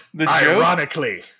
ironically